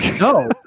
No